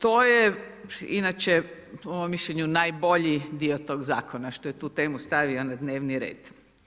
To je inače po mom mišljenju najbolji dio tog zakona što je tu temu stavio na dnevni red.